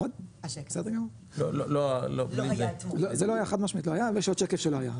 זה לא היה חד משמעית לא היה ויש עוד שקף שלא היה,